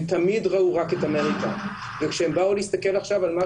הם תמיד ראו רק את אמריקה וכשהם באו להסתכל עכשיו על מה